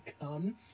come